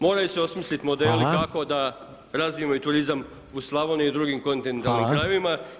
Moraju se osmisliti modeli kako da razvijemo turizam i u Slavoniji i drugim kontinentalnim krajevima.